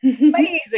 amazing